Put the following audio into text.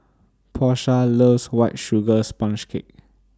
Porsha loves White Sugar Sponge Cake